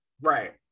Right